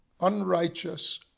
unrighteous